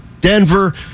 Denver